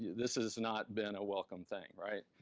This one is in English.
this has not been a welcome thing, right?